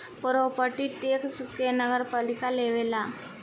property tax के नगरपालिका लेवेला